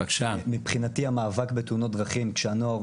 מבחינתי המאבק בתאונות הדרכים כשהנוער